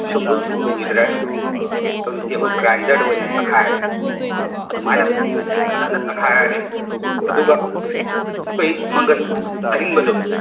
ꯁꯨꯝꯕꯨꯜꯁꯨ ꯎꯈꯤꯗ꯭ꯔꯦ ꯍꯧꯖꯤꯛꯇꯤ ꯑꯩꯈꯣꯏ ꯒ꯭ꯔꯥꯏꯟꯗꯔꯗ ꯑꯣꯏꯅ ꯇꯛꯈꯥꯏꯔꯦ ꯑꯗꯨꯃꯥꯏꯅ ꯐꯖꯅ ꯇꯛꯈꯥꯏꯔꯅꯤ ꯑꯗꯨꯒ ꯑꯩꯈꯣꯏ ꯃꯪꯒꯟ ꯑꯍꯤꯡꯕꯗꯣ